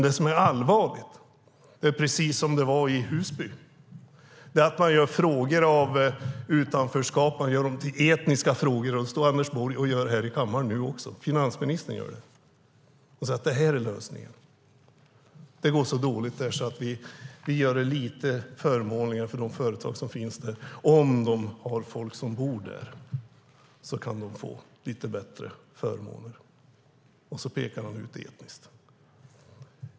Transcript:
Det som är allvarligt, precis som det var i Husby, är att man gör frågor om utanförskap till etniska frågor. Det gör finansministern här i kammaren nu också. Han säger att det går så dåligt i dessa områden, så därför gör man det lite förmånligare för de företag som finns där om de anställer folk som bor där. Så pekar man ut det etniskt.